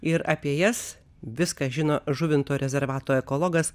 ir apie jas viską žino žuvinto rezervato ekologas